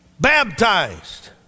Baptized